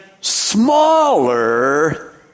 smaller